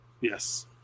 Yes